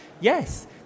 yes